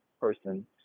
person